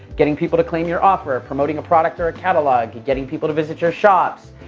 getting people to claim your offer, promoting a product or a catalog, getting people to visit your shops,